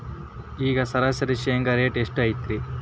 ಈಗ ಸರಾಸರಿ ಶೇಂಗಾ ರೇಟ್ ಎಷ್ಟು ಐತ್ರಿ?